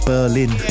Berlin